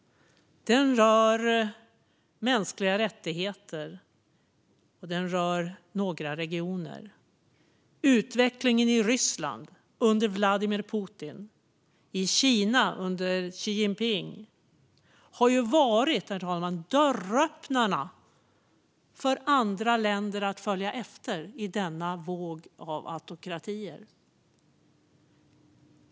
Det rör mänskliga rättigheter, och det rör några regioner. Det rör utvecklingen i Ryssland under Vladimir Putin och i Kina under Xi Jinping. Dessa två har ju varit dörröppnarna som andra länder följt efter i denna våg av autokratisering.